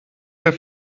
der